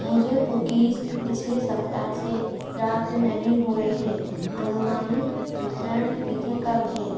मुझे कुकीज़ पिछले सप्ताह से प्राप्त नहीं हुए हैं अनुमानित वितरण तिथि कब है